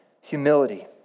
humility